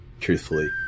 truthfully